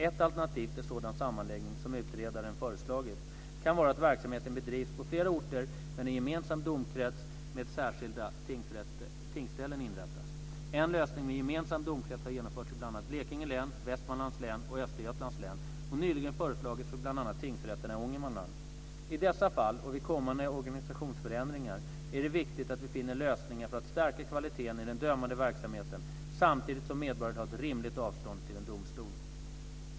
Ett alternativ till sådan sammanläggning som utredaren föreslagit kan vara att verksamheten bedrivs på flera orter med en gemensam domkrets eller att särskilda tingsställen inrättas. En lösning med gemensam domkrets har genomförts i bl.a. Blekinge län, Västmanlands län och Östergötlands län och nyligen föreslagits för bl.a. tingsrätterna i Ångermanland. I dessa fall och vid kommande organisationsförändringar är det viktigt att vi finner lösningar för att stärka kvaliteten i den dömande verksamheten samtidigt som medborgare har ett rimligt avstånd till en domstol.